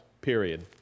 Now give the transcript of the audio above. period